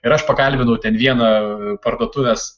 ir aš pakalbinau ten vieną parduotuvės